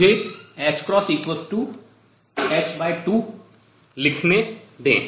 मुझे ℏh2 लिखने दें